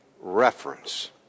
reference